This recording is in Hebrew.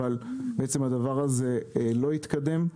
אבל בעצם הדבר הזה לא התקדם.